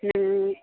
उम